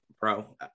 bro